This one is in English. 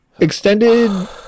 Extended